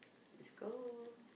let's go